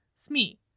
Smee